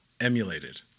emulated